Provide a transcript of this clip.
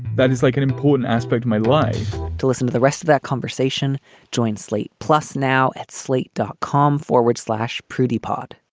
that is like an important aspect of my life to listen to the rest of that conversation joint slate plus now at slate, dot com forward slash prudy part